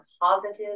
positive